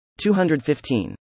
215